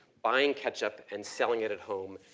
buying ketchup and selling it at home.